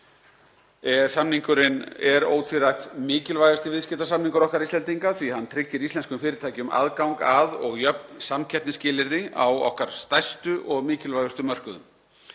EES-samningurinn er ótvírætt mikilvægasti viðskiptasamningur okkar Íslendinga því að hann tryggir íslenskum fyrirtækjum aðgang að og jöfn samkeppnisskilyrði á okkar stærstu og mikilvægustu mörkuðum.